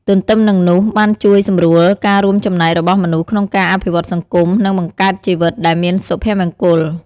ទន្ទឹមនឹងនោះ បានជួយសម្រួលការរួមចំណែករបស់មនុស្សក្នុងការអភិវឌ្ឍសង្គម និងបង្កើតជីវិតដែលមានសុភមង្គល ។